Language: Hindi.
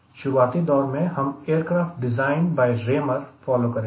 शुरुआती दौर में हम aircraft design by Raymer follow करेंगे